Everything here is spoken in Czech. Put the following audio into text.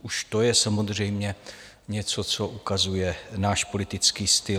Už to je samozřejmě něco, co ukazuje náš politický styl.